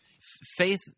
Faith